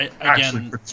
again